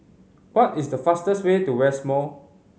what is the fastest way to West Mall